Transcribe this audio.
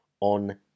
on